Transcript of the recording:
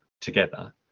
together